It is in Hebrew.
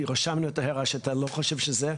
הינה, רשמנו את ההערה שאת לא חושב שזה.